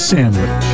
Sandwich